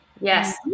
Yes